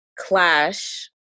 Clash